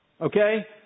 Okay